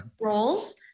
roles